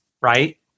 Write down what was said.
Right